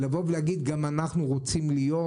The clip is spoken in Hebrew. לבוא ולהגיד: גם אנחנו רוצים להיות